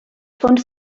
fons